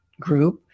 group